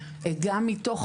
גם מתוך